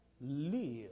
live